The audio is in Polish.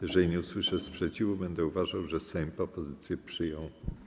Jeżeli nie usłyszę sprzeciwu, będę uważał, że Sejm propozycję przyjął.